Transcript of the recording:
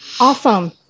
Awesome